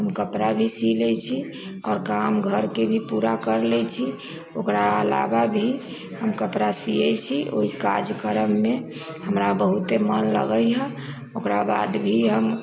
हम कपड़ा भी सीवि लै छी आओर काम घरके भी पूरा करि लै छी ओकरा अलावा भी हम कपड़ा सियै छी ओहि काज कर्ममे हमरा बहुते मन लगैए ओकराबाद भी हम